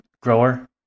grower